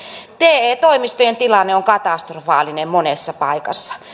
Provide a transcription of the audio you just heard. te toimistojen tilanne on katastrofaalinen monessa paikassa